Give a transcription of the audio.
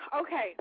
okay